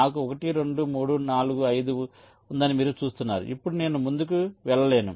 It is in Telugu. నాకు 1 2 3 4 5 ఉందని మీరు చూస్తున్నారు ఇప్పుడు నేను ముందుకు వెళ్ళలేను